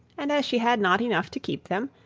and as she had not enough to keep them,